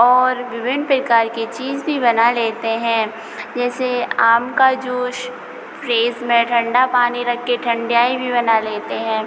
और विभिन्न प्रकार की चीज़ भी बना लेते हैं जैसे आम का जूश फ़्रीज़ में ठंडा पानी रखकर ठंडाई भी बना लेते हैं